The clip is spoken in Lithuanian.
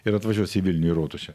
ir atvažiuos į vilnių į rotušę